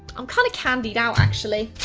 i'm kinda candied out, actually.